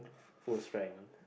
full strength